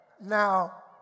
Now